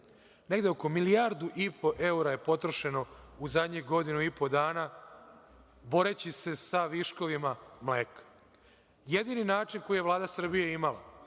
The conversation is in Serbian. negde oko 1,5 milijardu evra je potrošeno u zadnjih godinu i po dana, boreći se sa viškovima mleka. Jedini način koji je Vlada Srbije imala